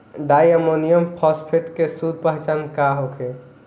डाई ammonium phosphate के शुद्ध पहचान का होखे?